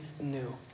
new